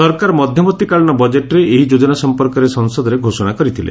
ସରକାର ମଧବର୍ଭୀକାଳୀନ ବଜେଟ୍ରେ ଏହି ଯୋଜନା ସଂପର୍କରେ ସଂସଦରେ ଘୋଷଣା କରିଥିଲେ